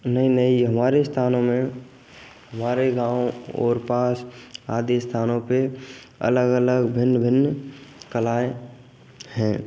नहीं नहीं हमारे स्थानों में हमारे गाँव और पास आदि स्थानों पर अलग अलग भिन्न भिन्न कलाएँ है